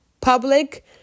public